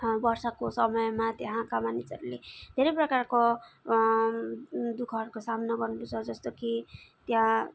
यो जुन वर्षको समयमा त्यहाँका मानिसहरूले धेरै प्रकारको दुःखहरूको सामना गर्नु पर्छ जस्तै कि त्यहाँ